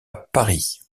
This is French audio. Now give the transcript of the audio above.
paris